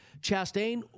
Chastain